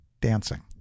dancing